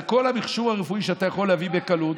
זה כל המכשור הרפואי שאתה יכול להביא בקלות.